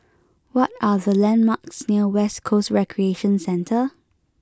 what are the landmarks near West Coast Recreation Centre